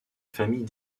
famille